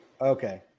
okay